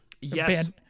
Yes